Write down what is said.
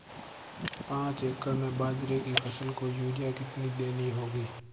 पांच एकड़ में बाजरे की फसल को यूरिया कितनी देनी होगी?